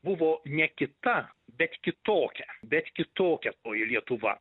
buvo ne kita bet kitokia bet kitokia toji lietuva